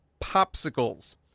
popsicles